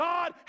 God